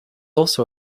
also